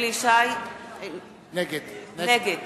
נגד